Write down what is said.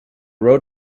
road